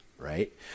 right